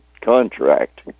contract